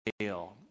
scale